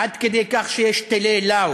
עד כדי כך שיש טילי "לאו".